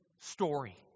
story